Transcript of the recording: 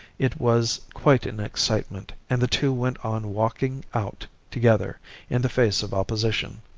it was quite an excitement, and the two went on walking out together in the face of opposition.